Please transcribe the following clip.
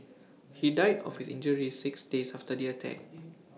he died of his injuries six days after the attack